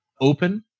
open